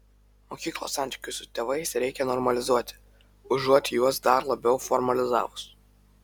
mokyklos santykius su tėvais reikia normalizuoti užuot juos dar labiau formalizavus